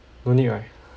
no need right